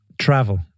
travel